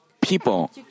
people